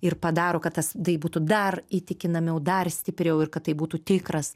ir padaro kad tas tai būtų dar įtikinamiau dar stipriau ir kad tai būtų tikras